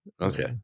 okay